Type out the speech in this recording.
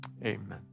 amen